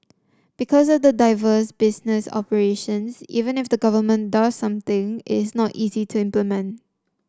because of diversified business operations even if the government does something it's not easy to implement